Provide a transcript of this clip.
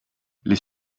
les